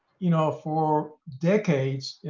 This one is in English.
you know, for decades, you